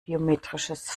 biometrisches